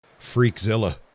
Freakzilla